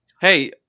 Hey